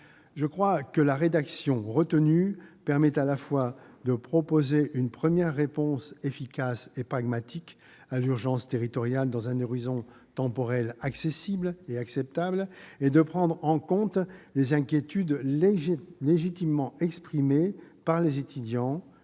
À mon sens, la rédaction retenue permet à la fois de proposer une première réponse efficace et pragmatique à l'urgence territoriale, dans un horizon temporel accessible et acceptable, et de prendre en compte les inquiétudes légitimement exprimées par les étudiants